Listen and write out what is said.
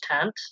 tent